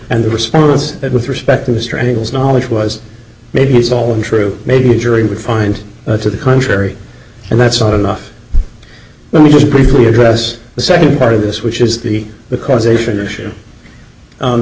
and the response that with respect to mr engels knowledge was maybe it's all untrue maybe a jury would find to the contrary and that's not enough let me just briefly address the second part of this which is the the causation issue